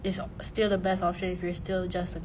is still the best option if you're still just a couple